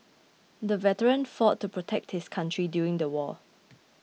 the veteran fought to protect his country during the war